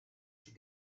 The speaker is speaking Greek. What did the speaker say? στην